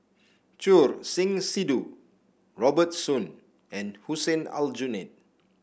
Choor Singh Sidhu Robert Soon and Hussein Aljunied